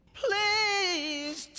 please